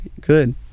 good